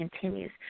continues